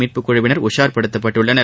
மீட்புக் குழுவினர் உஷார்படுத்தப்பட்டுள்ளனர்